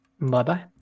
Bye-bye